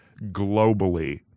globally